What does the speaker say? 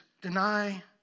deny